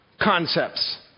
concepts